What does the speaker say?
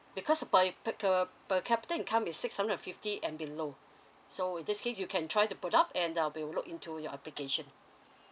because per per ca~ per capita income is six hundred and fifty and below so in this case you can try to put up and uh we will look into your application